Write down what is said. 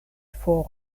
for